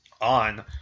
on